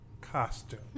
costume